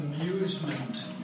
amusement